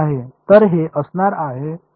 तर हे असणार आहे